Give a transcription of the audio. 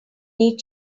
need